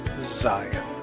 Zion